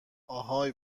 اهای